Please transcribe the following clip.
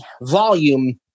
volume